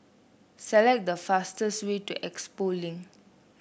select the fastest way to Expo Link